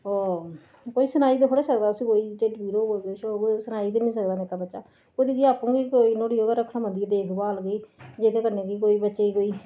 ओह् कोई सनाई ते थोह्ड़े सकदा उसी कोई ढिड्ड पीड़ होग किश होग सनाई ते नी सकदा निक्का बच्चा ओह्दी कोई आपूं के नुआढ़ी रक्खने पौंदी ऐ देखभाल भाई जेह्दे कन्ने बच्चे गी कोई